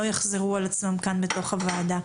לא יחזרו על עצמם כאן בתוך הוועדה.